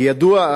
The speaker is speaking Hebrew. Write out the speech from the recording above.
כידוע,